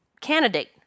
candidate